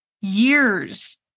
years